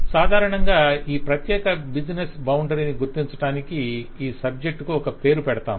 సాధారణంగా ఈ ప్రత్యేక బిజినెస్ బౌండరీని గుర్తించటానికి ఈ సబ్జెక్టు కు ఒక పేరు పెడతాం